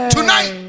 Tonight